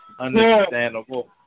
Understandable